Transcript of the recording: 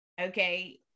okay